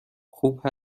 خوب